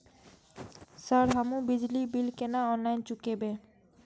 Sir हमू बिजली bill केना ऑनलाईन चुकेबे?